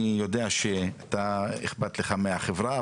אני יודע שאתה אכפת לך מהחברה,